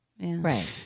Right